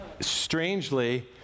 strangely